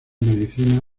medicina